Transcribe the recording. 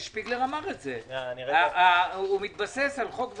שפיגלר אמר שהוא מתבסס על חוק ורסאי.